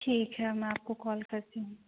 ठीक है मैं आपको कॉल करती हूँ